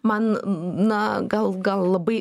man na gal gal labai